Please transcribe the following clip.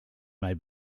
may